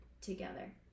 together